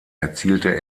erzielte